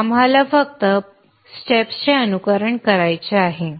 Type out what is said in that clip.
आम्हाला फक्त पायऱ्यांचे अनुसरण करायचे आहे